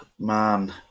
man